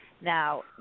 Now